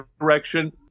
direction